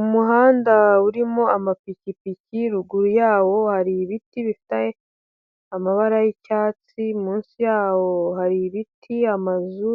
Umuhanda urimo amapikipiki, ruguru yawo hari ibiti bifite amabara y'icyatsi, munsi yawo hari ibiti, amazu,